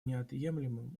неотъемлемым